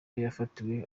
yafatiwe